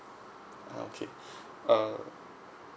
ah okay uh